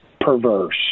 perverse